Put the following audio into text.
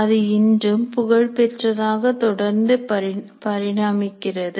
அது இன்றும் புகழ்பெற்றதாக தொடர்ந்து பரிணமிக்கின்றது